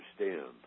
understand